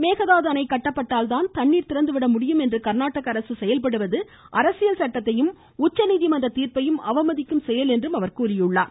மேகதாது அணை கட்டப்பட்டால் தான் தண்ணீர் திறந்துவிட முடியும் என்று கர்நாடக அரசு செயல்படுவது அரசியல் சட்டத்தையும் உச்சநீதிமன்ற தீாப்பையும் அவமதிக்கும் செயல் என்றும் அவர் கூறியுள்ளார்